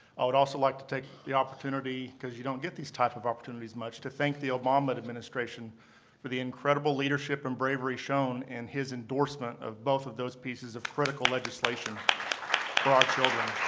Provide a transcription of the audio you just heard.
i would also like to take the opportunity because you don't get these types of opportunities much, to thank the obama administration for the incredible leadership and bravery shown in his endorsement of both of those pieces of critical legislation for our children.